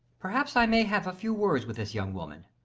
perhaps i may have a few words with this young woman.